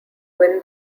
win